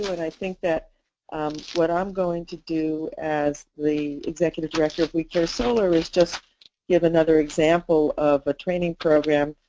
i think that what i'm going to do as the executive director of we care solar is just give another example of a training program.